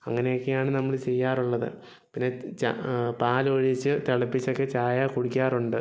അങ്ങനെയൊക്കെയാണ് നമ്മൾ ചെയ്യാറുള്ളത് പിന്നെ ച പാൽ ഒഴിച്ച് തിളപ്പിച്ചൊക്കെ ചായ കുടിക്കാറുണ്ട്